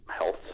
health